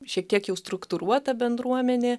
šiek tiek jau struktūruota bendruomenė